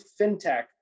fintech